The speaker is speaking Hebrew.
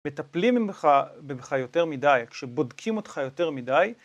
מטפלים ממך יותר מדי, כשבודקים אותך יותר מדי